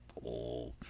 oh,